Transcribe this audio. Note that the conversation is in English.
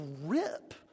rip